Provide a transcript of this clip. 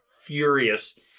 furious